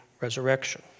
resurrection